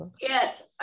Yes